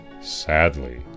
Sadly